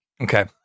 Okay